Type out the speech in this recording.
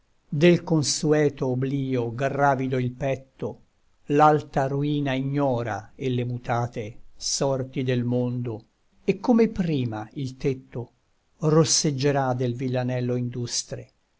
del consueto obblio gravido il petto l'alta ruina ignora e le mutate sorti del mondo e come prima il tetto rosseggerà del villanello industre